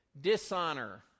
Dishonor